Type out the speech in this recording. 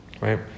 right